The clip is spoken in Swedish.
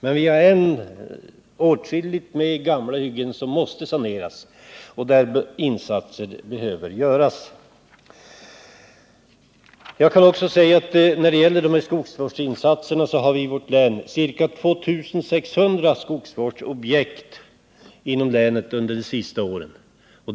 Men vi har åtskilligt med gamla hyggen som måste saneras och där insatser behöver göras. Dessa skogsvårdsinsatser har omfattat ca 2 600 skogsvårdsobjekt inom vårt län under de senaste åren.